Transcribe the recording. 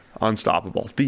unstoppable